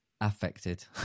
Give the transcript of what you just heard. affected